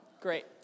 great